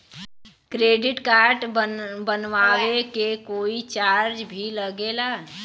Credit card बनवावे के कोई चार्ज भी लागेला?